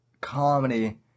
comedy